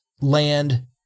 land